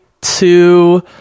two